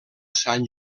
sant